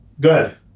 good